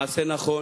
מעשה נכון,